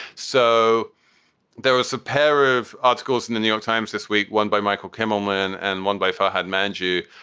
so there was a pair of articles in the new york times this week, one by michael kimmelman and one by farhad manjoo,